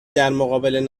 درمقابل